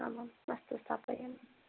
आम् आम् अस्तु स्थापयामि